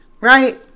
Right